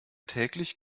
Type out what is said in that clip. täglich